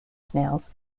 snails